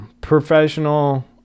professional